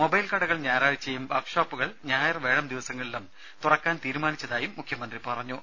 mobile കടകൾ ഞായറാഴ്ചയും വർക്ക്ഷോപ്പുകൾ ഞായർ വ്യാഴം ദിവസങ്ങളിലും തുറക്കാൻ തീരുമാനിച്ചതായും മുഖ്യമന്ത്രി പറഞ്ഞു